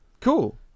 Cool